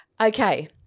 Okay